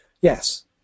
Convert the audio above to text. Yes